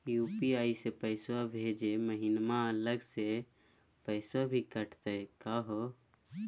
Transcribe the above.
UPI स पैसवा भेजै महिना अलग स पैसवा भी कटतही का हो?